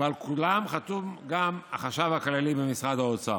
ועל כולם חתום גם החשב הכללי במשרד האוצר.